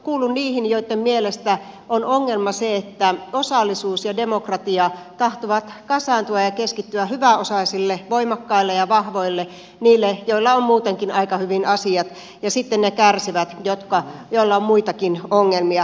kuulun niihin joitten mielestä on ongelma se että osallisuus ja demokratia tahtovat kasaantua ja keskittyä hyväosaisille voimakkaille ja vahvoille niille joilla on muutenkin aika hyvin asiat ja sitten ne kärsivät joilla on muitakin ongelmia